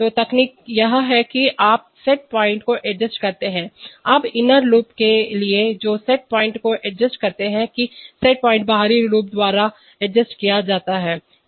तो तकनीक यह है कि आप सेट पॉइंट को एडजस्ट करते हैं अब इनर लूप के लिए जो सेट पॉइंट को एडजस्ट करते हैं कि सेट पॉइंट बाहरी लूप द्वारा समायोजितएडजस्ट किया जाता है